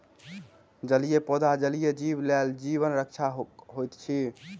जलीय पौधा जलीय जीव लेल जीवन रक्षक होइत अछि